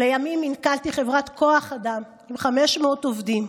לימים מנכ"לתי חברת כוח אדם עם 500 עובדים.